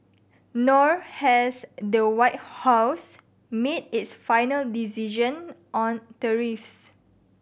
nor has the White House made its final decision on tariffs